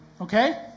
okay